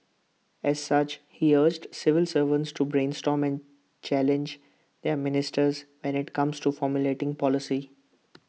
as such he urged civil servants to brainstorm and challenge their ministers when IT comes to formulating policy